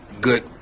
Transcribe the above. good